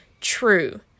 true